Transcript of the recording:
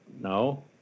no